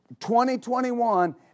2021